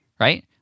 right